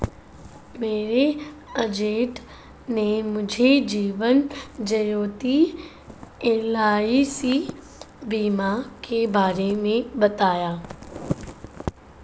मेरे एजेंट ने मुझे जीवन ज्योति एल.आई.सी बीमा के बारे में बताया